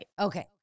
Okay